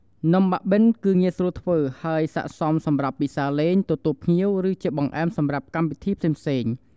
នំបាក់បិនគឺងាយស្រួលធ្វើ ហើយសក្ដិសមសម្រាប់ពិសារលេង ទទួលភ្ញៀវ ឬជាបង្អែមសម្រាប់កម្មវិធីផ្សេងៗ។